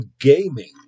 gaming